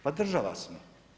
Pa država smo.